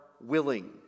willing